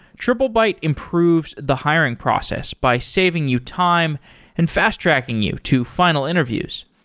triplebyte improves the hiring process by saving you time and fast-tracking you to final interviews.